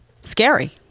Scary